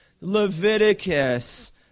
Leviticus